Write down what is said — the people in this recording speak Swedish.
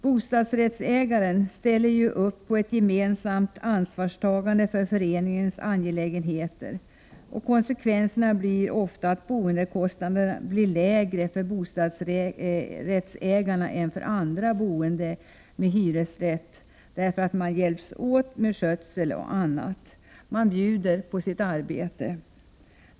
Bostadsrättsägaren ställer upp med ett gemensamt ansvarstagande för föreningens angelägenheter, och en konsekvens av detta är att boendekostnaderna ofta blir lägre för bostadsrättsägarna än för andra boende med hyresrätt, därför att man hjälps åt med skötsel och annat — man bjuder på sitt arbete.